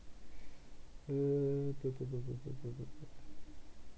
um